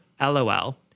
LOL